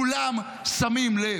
כולם שמים לב.